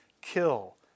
kill